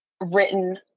written